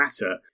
matter